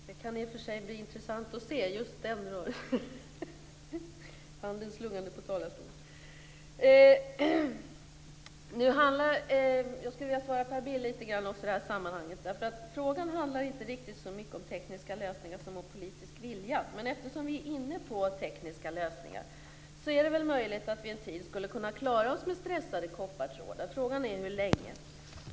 Fru talman! Det kan i och för sig bli intressant att se handen slungas i talarstolen. Jag skulle vilja vända mig lite grann till Per Bill också i det här sammanhanget, därför att frågan handlar inte riktigt så mycket om tekniska lösningar som om politisk vilja. Men eftersom vi är inne på tekniska lösningar vill jag säga att det väl är möjligt att vi en tid skulle kunna klara oss med stressade koppartrådar. Frågan är hur länge.